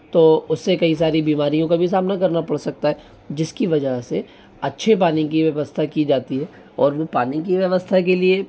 तो उससे कई सारी बीमारियों का भी सामना करना पड़ सकता है जिसकी वजह से अच्छे पानी की व्यवस्था की जाती है और वो पानी की व्यवस्था के लिए